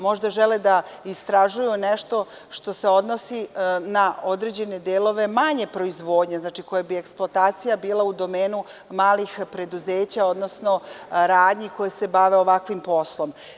Možda žele da istražuju nešto što se odnosi na određene delove manje proizvodnje, koja bi eksploatacija bila u domenu manjih preduzeća, odnosno radnji koje se bave ovakvim poslom.